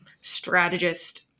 strategist